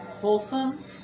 wholesome